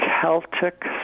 Celtic